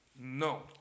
No